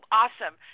awesome